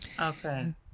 Okay